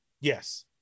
Yes